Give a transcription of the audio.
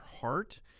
heart